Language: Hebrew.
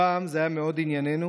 הפעם זה היה מאוד ענייננו,